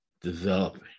developing